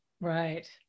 Right